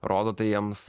rodote jiems